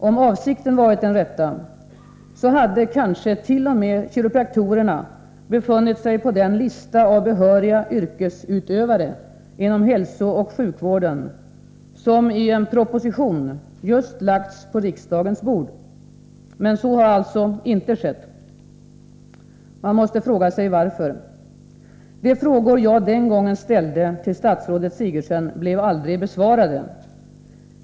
Om avsikten varit den rätta, hade kanske t.o.m. kiropraktorerna befunnit sig på den lista över behöriga yrkesutövare inom hälsooch sjukvården som i en proposition just lagts på riksdagens bord. Men så har alltså inte skett. Man måste fråga sig varför. De frågor jag den gången ställde till statsrådet Sigurdsen blev aldrig besvarade.